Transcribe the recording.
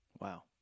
Wow